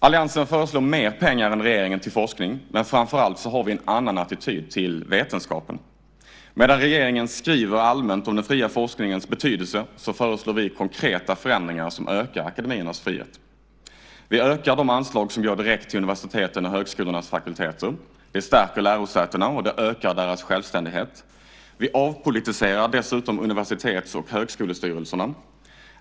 Alliansen föreslår mer pengar än regeringen till forskning, men framför allt har vi en annan attityd till vetenskapen. Medan regeringen skriver allmänt om den fria forskningens betydelse, föreslår vi konkreta förändringar som ökar akademiernas frihet. Vi ökar de anslag som går direkt till universitetens och högskolornas fakulteter. Det stärker lärosätena och ökar deras självständighet. Vi avpolitiserar dessutom universitets och högskolestyrelserna.